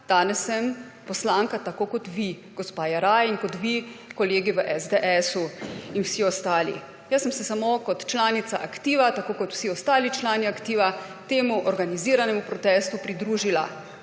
Danes sem poslanka tako kot vi, gospa Jeraj, in kot vi, kolegi v SDS in vsi ostali. Jaz sem se samo kot članica aktiva tako kot vsi ostali člani aktiva temu organiziranemu protestu pridružila.